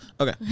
Okay